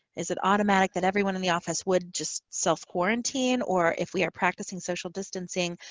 is it automatic that everyone in the office would just self-quarantine, or if we are practicing social distancing,